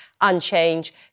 unchanged